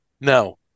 now